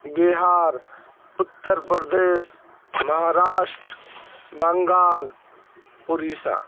Bihar Uttar Pradesh Maharashtra Bengal Orissa